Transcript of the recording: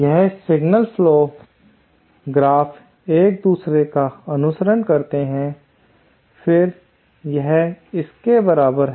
यह signal flow graph एक दूसरे का अनुसरण करते हैं फिर यह इसके बराबर है